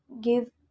give